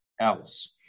else